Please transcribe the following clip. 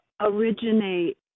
originate